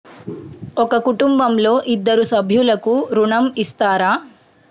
ఒక కుటుంబంలో ఇద్దరు సభ్యులకు ఋణం ఇస్తారా?